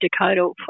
Dakota